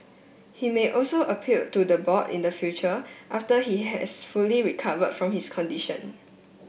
he may also appeal to the board in the future after he has fully recovered from his condition